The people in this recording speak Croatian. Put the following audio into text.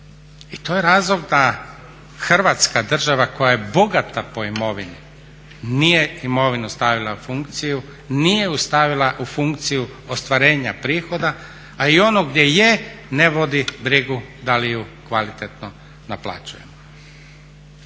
I to je razlog da Hrvatska, država koja je bogata po imovini, nije imovinu stavila u funkciju, nije stavila u funkciju ostvarenja prihoda, a i ono gdje je ne vodi brigu da li ju kvalitetno naplaćuje.